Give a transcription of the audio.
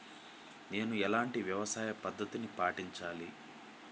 నేను ఎలాంటి వ్యవసాయ పద్ధతిని పాటించాలి?